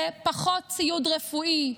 זה פחות ציוד רפואי,